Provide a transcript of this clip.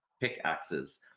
pickaxes